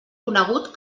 conegut